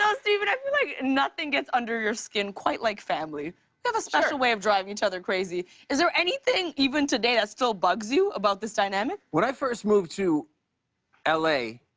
ah stephen, i feel like nothing gets under your skin quite like family. you have a special way of driving each other crazy. is there anything, even today, that still bugs you about this dynamic? dynamic? when i first moved to l a,